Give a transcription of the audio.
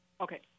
Okay